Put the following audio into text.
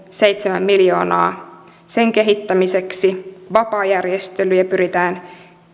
seitsemän miljoonaa sen kehittämiseksi vapaajärjestelyjä pyritään